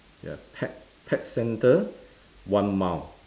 you have pet pet centre one mile